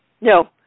No